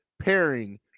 pairing